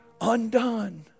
undone